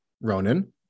Ronan